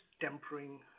tempering